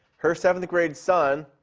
her seventh-grade son,